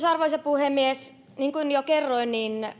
arvoisa puhemies niin kuin jo kerroin